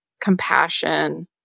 compassion